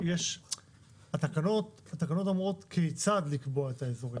התקנות אומרות כיצד לקבוע את האזורים.